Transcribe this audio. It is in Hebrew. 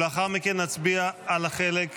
לאחר מכן נצביע על החלק המילולי.